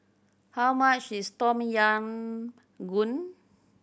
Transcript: how much is Tom Yam Goong